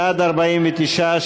בעד, 49,